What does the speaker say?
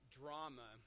drama